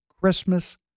Christmas